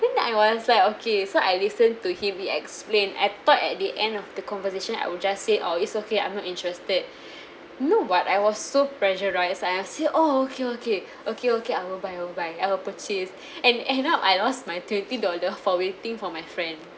then I was like okay so I listen to him he explain I thought at the end of the conversation I would just say orh it's okay I'm not interested you know what I was so pressurised and I say oh okay okay okay okay I will buy I will buy I'll purchase and end up I lost my twenty dollar for waiting for my friend